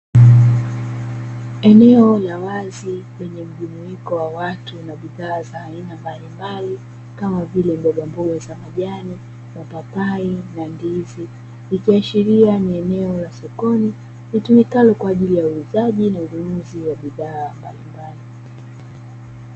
Eneo la wazi kwenye mjumuiko wa watu na bidhaa za aina mbalimbali, kama vile: mbogamboga za majani na papai, na ndizi; likiashiria ni eneo la sokoni litumikalo kwa ajili ya uuzaji na ununuzi wa bidhaa mbalimbali.